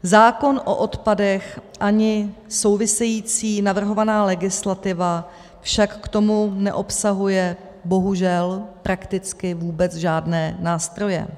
Zákon o odpadech ani související navrhovaná legislativa však k tomu neobsahuje bohužel prakticky vůbec žádné nástroje.